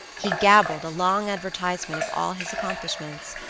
he gabbled a long advertisement of all his accomplishments,